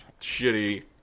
shitty